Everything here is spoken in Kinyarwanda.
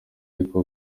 ariko